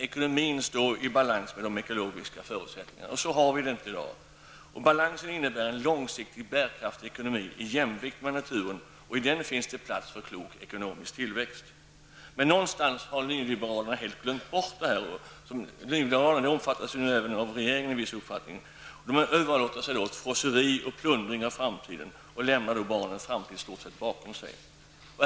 Ekonomin måste vara i balans med de ekologiska förutsättningarna. Så är det inte i dag. En sådan balans innebär en långsiktig bärkraftig ekonomi, i jämvikt med naturen, och där finns det plats för en klok ekonomisk tillväxt. Men någonstans har nyliberalerna helt glömt bort detta. Nyliberalerna omfattas ju även av regeringen när det gäller en viss uppfattning. De hänger sig åt frosseri och plundring av framtiden och lämnar barnen och framtiden i stort sett bakom sig.